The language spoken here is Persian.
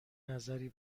نظری